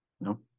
no